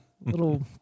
little